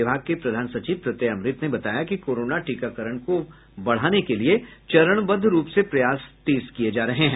विभाग के प्रधान सचिव प्रत्यय अमृत ने बताया कि कोरोना टीकाकरण को बढ़ाने के लिए चरणबद्ध रूप से प्रयास तेज किये जा रहे हैं